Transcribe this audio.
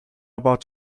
about